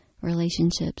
relationships